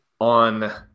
on